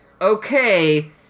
okay